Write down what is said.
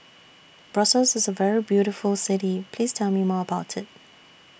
Brussels IS A very beautiful City Please Tell Me More about IT